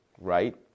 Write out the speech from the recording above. right